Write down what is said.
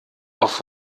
auf